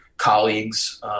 colleagues